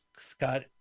scott